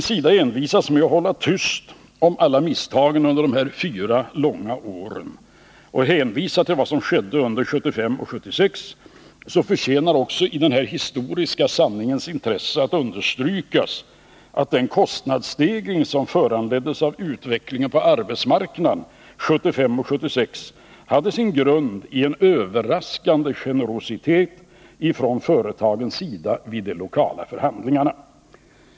När regeringen envisas med att hålla tyst om alla misstagen under dessa fyra långa år och att hänvisa till vad som skedde under 1975 och 1976 förtjänar det i den historiska sanningens intresse att understrykas att den kostnadsstegring som föranleddes av utvecklingen på arbetsmarknaden 1975 och 1976 hade sin grund i en överraskande generositet från företagens sida vid de lokala förhandlingarna.